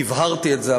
והבהרתי את זה,